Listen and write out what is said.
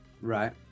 Right